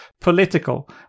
political